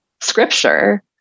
scripture